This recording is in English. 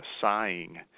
sighing